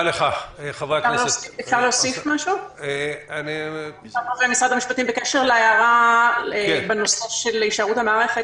אני מבקשת להוסיף משהו בקשר להערה בנושא של הישארות המערכת.